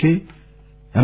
K ఎమ్